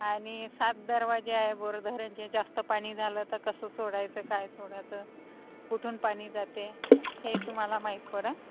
आणिसात दरवाजे आहे बोरधरणचे जास्त पाणी झालं तर कसं सोडायचं काय सोडायचं कुठून पाणी जाते हे तुम्हाला माहीत पडेल